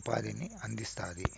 ఉపాధిని అందిస్తాంది